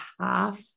half